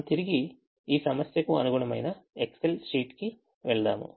మనం తిరిగి ఈ సమస్యకు అనుగుణమైన ఎక్సెల్ షీట్ కి వెళ్దాం